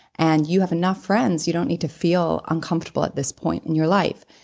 and you have enough friends. you don't need to feel uncomfortable at this point in your life.